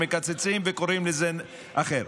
מקצצים וקוראים לזה "אחר".